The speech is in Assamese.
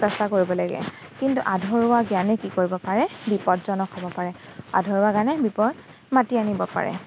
চেষ্টা কৰিব লাগে কিন্তু আধৰুৱা জ্ঞানে কি কৰিব পাৰে বিপদজনক হ'ব পাৰে আধৰুৱা জ্ঞানে বিপদ মাতি আনিব পাৰে